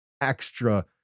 extra